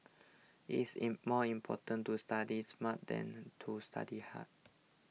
it is more important to study smart than to study hard